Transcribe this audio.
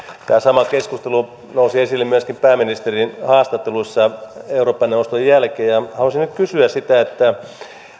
tämä sama keskustelu nousi esille myöskin pääministerin haastattelussa eurooppa neuvoston jälkeen haluaisin nyt kysyä sitä että